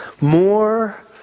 more